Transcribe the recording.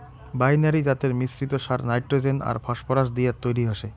binary জাতের মিশ্রিত সার নাইট্রোজেন আর ফসফরাস দিয়াত তৈরি হসে